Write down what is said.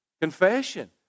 confession